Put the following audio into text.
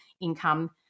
income